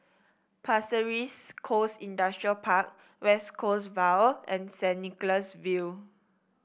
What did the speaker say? Pasir Ris Coast Industrial Park West Coast Vale and Saint Nicholas View